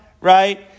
right